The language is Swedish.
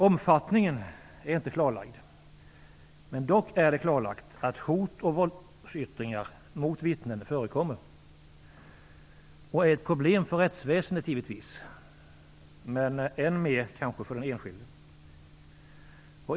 Omfattningen är inte klarlagd, men det är dock klarlagt att hot och våldsyttringar mot vittnen förekommer. Det är givetvis ett problem för rättsväsendet, men kanske än mer för den enskilde.